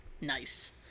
Nice